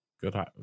good